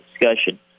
discussion